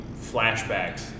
flashbacks